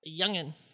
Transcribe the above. Youngin